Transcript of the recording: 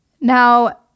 Now